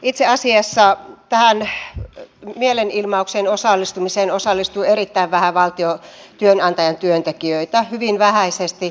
itse asiassa tähän mielenilmaukseen osallistui erittäin vähän valtiotyönantajan työntekijöitä hyvin vähäisesti